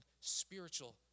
spiritual